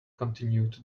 continued